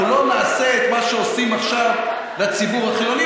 אנחנו לא נעשה את מה שעושים עכשיו לציבור החילוני,